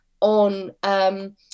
on